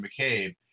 McCabe